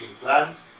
plans